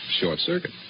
short-circuit